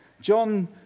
John